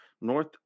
North